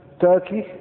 Turkey